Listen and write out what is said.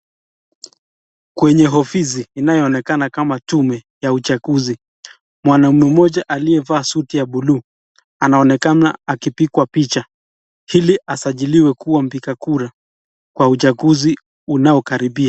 Kwenye ofisi inayoonekana kama tume ya uchaguzi, mwanume moja aliyevaa suti ya buluu anaonekana akipigwa picha ili asajilewe kuwa mpiga kura kw auchaguzi unaokaribia.